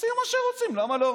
עושים מה שרוצים, למה לא?